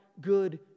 good